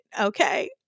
Okay